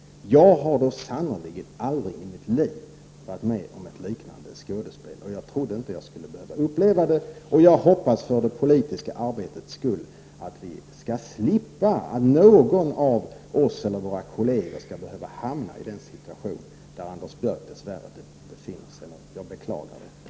Jag har sannerligen aldrig i mitt liv varit med om ett liknande skådespel. Och jag trodde inte att jag skulle behöva uppleva detta. Jag hoppas för det politiska arbetets skull att vi inte skall behöva, inte någon av oss, hamna i den situation där Anders Björck dess värre befinner sig nu. Jag beklagar detta.